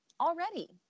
already